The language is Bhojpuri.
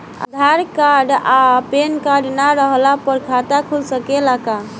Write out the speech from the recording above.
आधार कार्ड आ पेन कार्ड ना रहला पर खाता खुल सकेला का?